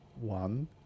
One